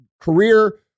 career